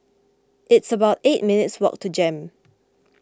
it's about eight minutes' walk to Jem